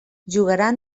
jugaran